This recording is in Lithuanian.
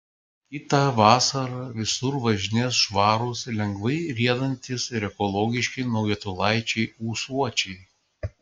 kitą vasarą visur važinės švarūs lengvai riedantys ir ekologiški naujutėlaičiai ūsuočiai